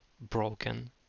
broken